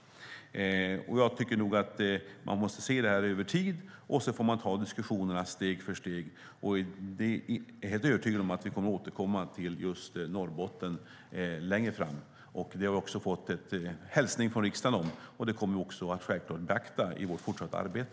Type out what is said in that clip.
Jag tycker att man måste se det här över tid och ta diskussionerna steg för steg. Jag är helt övertygad om att vi kommer att återkomma till just Norrbotten längre fram. Det har vi fått en hälsning om från riksdagen, och den kommer vi självklart att beakta i vårt fortsatta arbete.